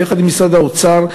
ויחד עם משרד האוצר,